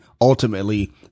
ultimately